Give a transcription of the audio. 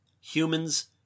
Humans